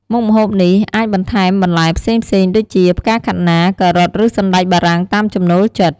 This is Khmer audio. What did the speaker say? មុខម្ហូបនេះអាចបន្ថែមបន្លែផ្សេងៗដូចជា ផ្កាខាត់ណា ការ៉ុត ឬសណ្តែកបារាំង តាមចំណូលចិត្ត។